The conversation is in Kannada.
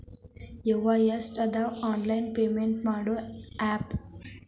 ಯವ್ವಾ ಎಷ್ಟಾದವೇ ಆನ್ಲೈನ್ ಪೇಮೆಂಟ್ ಮಾಡೋ ಆಪ್